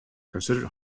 considered